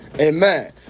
Amen